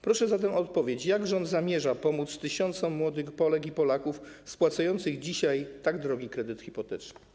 Proszę zatem o odpowiedź: Jak rząd zamierza pomóc tysiącom młodych Polek i Polaków spłacających dzisiaj tak drogi kredyt hipoteczny?